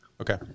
Okay